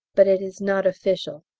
but it is not official.